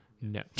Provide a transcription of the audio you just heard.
No